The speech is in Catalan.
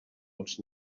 els